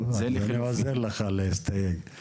אני עוזר לך להסתייג.